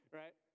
right